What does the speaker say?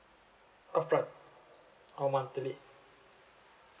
upfront or monthly